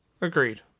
Agreed